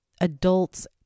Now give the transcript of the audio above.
adults